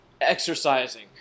exercising